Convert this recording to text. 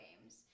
games